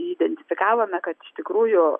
identifikavome kad iš tikrųjų